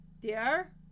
Dear